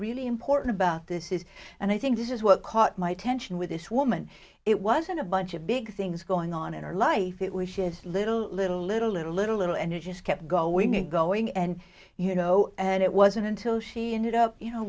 really important about this is and i think this is what caught my attention with this woman it wasn't a bunch of big things going on in her life it was shit little little little little little little and it just kept going and going and you know and it wasn't until she ended up you know